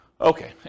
Okay